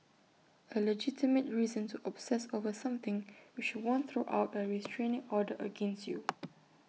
A legitimate reason to obsess over something which won't throw out A restraining order against you